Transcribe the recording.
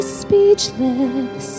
speechless